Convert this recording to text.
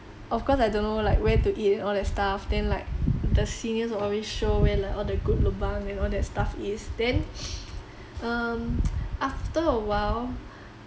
of course I don't know like where to eat and all that stuff then like the seniors always show where like all the good lobang and all that stuff is then um after a while